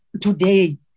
today